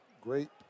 great